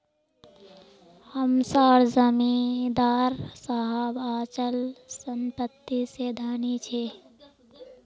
हम सार जमीदार साहब अचल संपत्ति से धनी छे